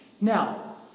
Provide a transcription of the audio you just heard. Now